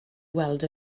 weld